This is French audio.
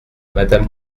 madame